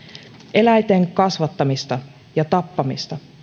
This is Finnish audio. eläinten kasvattamista ja tappamista